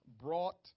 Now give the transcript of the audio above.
brought